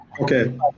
okay